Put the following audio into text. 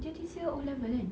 dia this year O level kan